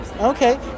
okay